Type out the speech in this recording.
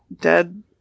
dead